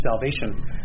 salvation